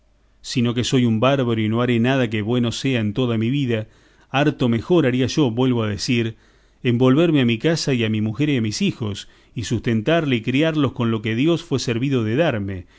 sino que soy un bárbaro y no haré nada que bueno sea en toda mi vida harto mejor haría yo vuelvo a decir en volverme a mi casa y a mi mujer y a mis hijos y sustentarla y criarlos con lo que dios fue servido de darme